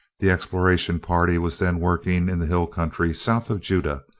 the exploration party was then working in the hill country south of judah,